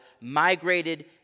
migrated